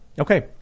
Okay